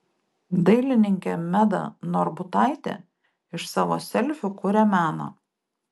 dailininkė meda norbutaitė iš savo selfių kuria meną